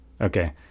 Okay